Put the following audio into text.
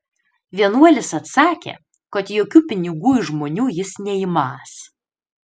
vienuolis atsakė kad jokių pinigų iš žmonių jis neimąs